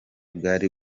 bwari